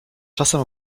czasem